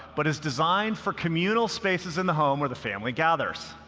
but is designed for communal spaces in the home where the family gathers.